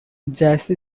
jesse